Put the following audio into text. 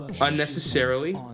unnecessarily